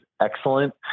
excellent